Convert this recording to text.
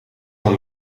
een